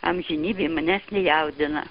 amžinybė manęs nejaudina